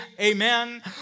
amen